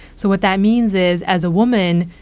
so what that means is, as a woman,